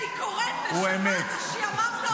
אני קוראת, נשמה, שעממת אותי היום.